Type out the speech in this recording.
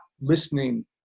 listening